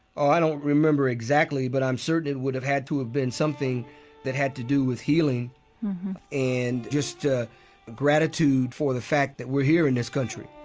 i don't remember exactly, but i'm certain it would have had to been something that had to do with healing and just gratitude for the fact that we're here in this country,